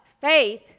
Faith